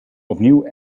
opnieuw